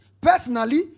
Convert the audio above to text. personally